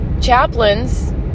chaplains